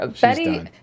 Betty